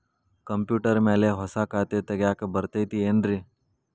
Computer ಮ್ಯಾಲೆ ಹೊಸಾ ಖಾತೆ ತಗ್ಯಾಕ್ ಬರತೈತಿ ಏನ್ರಿ?